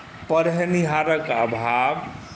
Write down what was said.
पढ़ेनिहारक अभाव